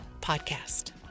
Podcast